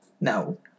No